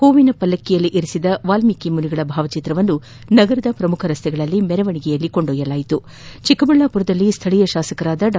ಹೂವಿನ ಪಲ್ಲಕ್ಕೆಯಲ್ಲಿ ಇರಿಸಿದ ವಾಲ್ಮೀಕಿ ಮುನಿಗಳ ಭಾವಚಿತ್ರವನ್ನು ನಗರದ ಪ್ರಮುಖ ರಸ್ತೆಗಳಲ್ಲಿ ಮೆರವಣಿಗೆ ಮಾಡಲಾಯಿತು ಚಿಕ್ಕಬಳ್ಳಾಮರದಲ್ಲಿ ಸ್ಥಳೀಯ ಶಾಸಕ ಡಾ